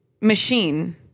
machine